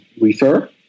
refer